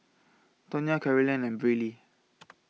Tonya Carolyn and Brylee